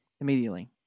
Immediately